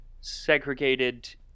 segregated